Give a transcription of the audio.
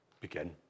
begin